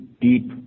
deep